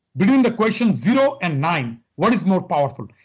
between the question zero and nine, what is more powerful?